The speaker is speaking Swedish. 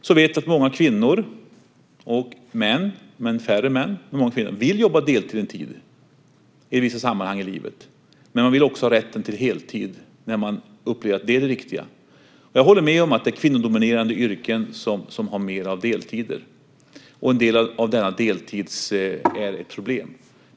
Vi vet att många kvinnor och män, men färre män, vill jobba deltid en tid under vissa perioder i livet. Men man vill också ha rätten till heltid när man upplever att det är det riktiga. Jag håller med om att det är kvinnodominerade yrken som har mer deltider. En del av denna deltid är ett problem.